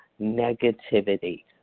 negativity